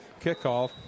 kickoff